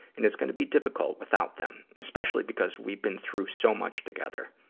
and it's gonna be difficult without them, especially because we've been through so much together.